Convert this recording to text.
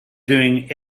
doing